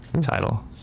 title